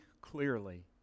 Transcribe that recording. clearly